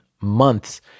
months